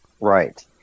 Right